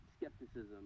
skepticism